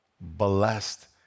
blessed